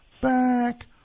back